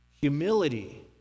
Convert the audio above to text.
Humility